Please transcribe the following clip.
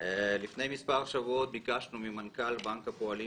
האם גברתי תסכים שבשלב הזה המאמצים הם ללא הצלחה?